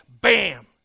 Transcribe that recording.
bam